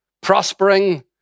prospering